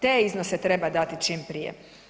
Te iznose treba dati čim prije.